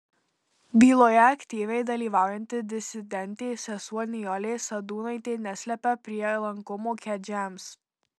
byloje aktyviai dalyvaujanti disidentė sesuo nijolė sadūnaitė neslepia prielankumo kedžiams